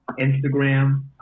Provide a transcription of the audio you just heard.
Instagram